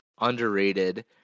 underrated